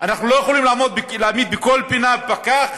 אנחנו לא יכולים להעמיד בכל פינה פקח,